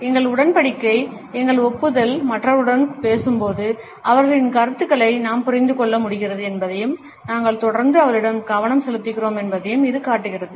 எங்கள் உடன்படிக்கை எங்கள் ஒப்புதல் மற்றவர்களுடன் பேசும்போது அவர்களின் கருத்துக்களை நாம் புரிந்துகொள்ள முடிகிறது என்பதையும் நாங்கள் தொடர்ந்து அவரிடம் கவனம் செலுத்துகிறோம் என்பதையும் இது காட்டுகிறது